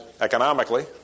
economically